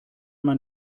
man